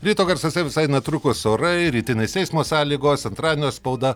ryto garsuose visai netrukus orai rytinės eismo sąlygos antradienio spauda